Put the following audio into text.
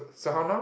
so how now